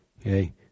Okay